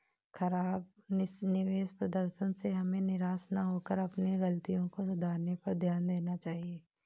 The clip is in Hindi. खराब निवेश प्रदर्शन से हमें निराश न होकर अपनी गलतियों को सुधारने पर ध्यान देना चाहिए